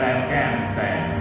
Afghanistan